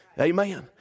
Amen